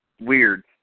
Weird